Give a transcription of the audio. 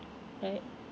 right